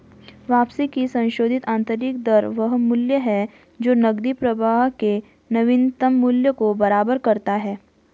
वापसी की संशोधित आंतरिक दर वह मूल्य है जो नकदी प्रवाह के नवीनतम मूल्य को बराबर करता है